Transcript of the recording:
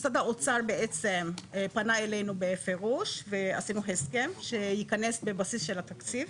משרד האוצר בעצם פנה אלינו בפירוש ועשינו הסכם שייכנס בבסיס של התקציב,